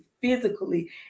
physically